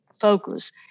focus